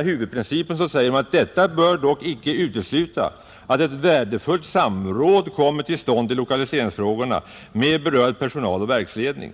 huvudprincip en gång fastslagits, att detta ”bör dock icke utesluta att värdefullt samråd kommer till stånd i lokaliseringsfrågorna med berörd personal och verksledning.